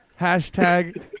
Hashtag